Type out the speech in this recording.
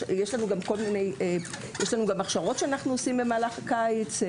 יש גם הכשרות שאנחנו עושים במהלך הקיץ.